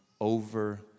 over